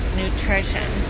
nutrition